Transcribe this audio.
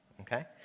okay